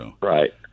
Right